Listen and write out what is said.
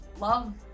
love